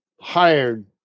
hired